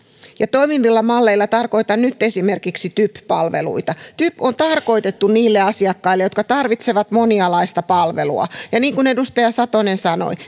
toimivilla malleilla tarkoitan nyt esimerkiksi typ palveluita typ on tarkoitettu niille asiakkaille jotka tarvitsevat monialaista palvelua ja niin kuin edustaja satonen sanoi